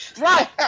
Right